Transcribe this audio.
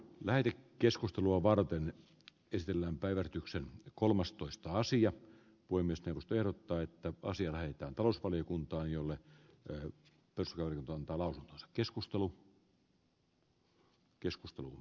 näiden keskustelua varten kysellään päivetyksen kolmastoista sija voimistelusta erottaa että kyllä hallinto hyvin selviytyy asiasta vaikka jättöaika pidetään nykyisellään